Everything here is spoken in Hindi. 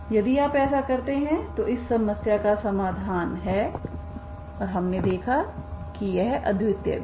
यदि आप ऐसा करते हैं तो इस समस्या का समाधान है और हमने देखा है कि यह अद्वितीय भी है